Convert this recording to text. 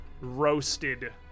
roasted